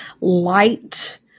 light